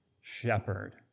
shepherd